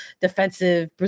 defensive